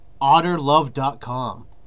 otterlove.com